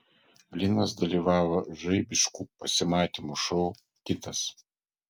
linas dalyvavo žaibiškų pasimatymų šou kitas